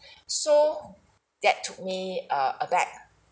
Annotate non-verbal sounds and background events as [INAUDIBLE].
[BREATH] so that took me err aback